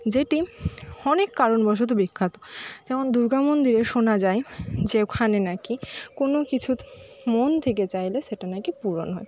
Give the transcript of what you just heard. যেটি অনেক কারণবশত বিখ্যাত যেমন দুর্গা মন্দিরে শোনা যায় যে ওখানে নাকি কোনো কিছু মন থেকে চাইলে সেটা নাকি পূরণ হয়